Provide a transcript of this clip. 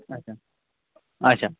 اَچھا اَچھا